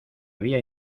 había